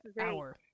hour